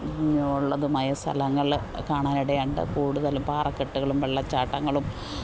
ഉള്ളതുമായ സ്ഥലങ്ങൾ കാണാനിടയുണ്ട് കൂടുതലും പാറക്കെട്ടുകളും വെള്ളച്ചാട്ടങ്ങളും